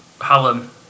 Hallam